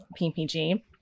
PPG